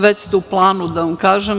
Već ste u planu, da vam kažem.